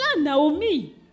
Naomi